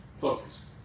focus